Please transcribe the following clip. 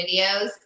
videos